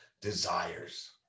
desires